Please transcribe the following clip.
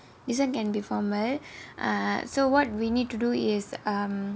this [one] can be formal err so what we need to do is um